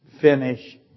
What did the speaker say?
finish